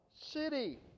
city